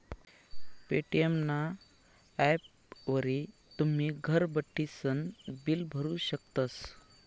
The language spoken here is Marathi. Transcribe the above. पे.टी.एम ना ॲपवरी तुमी घर बठीसन बिल भरू शकतस